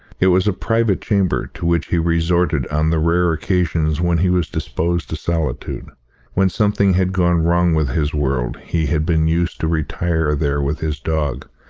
it was a private chamber to which he resorted on the rare occasions when he was disposed to solitude when something had gone wrong with his world he had been used to retire there with his dog,